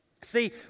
See